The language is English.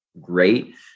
great